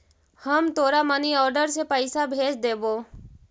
हम तोरा money order से पइसा भेज देबो